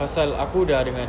pasal aku dah dengan